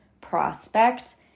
prospect